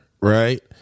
right